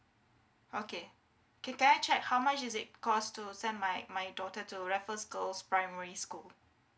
okay can can I check how much is it cost to send my my daughter to raffles girls primary school